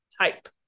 type